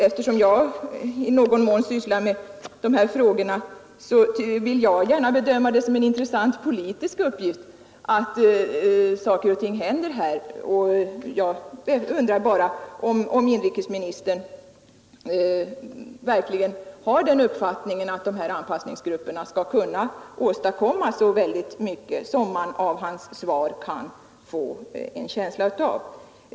Eftersom jag i någon mån sysslar med de här frågorna vill jag gärna bedöma det som en intressant politisk uppgift att saker och ting händer här. Jag undrar bara om inrikesministern verkligen har den uppfattningen att de här anpassningsgrupperna skall kunna åstadkomma så väldigt mycket som man av hans svar kan få en känsla av.